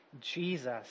Jesus